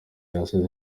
yasenye